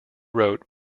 wrote